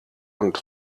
und